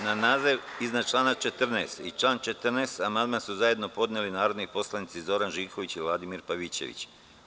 Na naziv iznad člana 14. i član 14. amandman su zajedno podneli narodni poslanici Zoran Živković i Vladimir Pavićević.